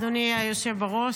אדוני היושב בראש.